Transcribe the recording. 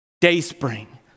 Dayspring